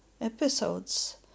episodes